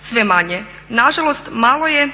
sve manje. Na žalost malo je